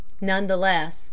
Nonetheless